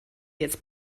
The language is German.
jetzt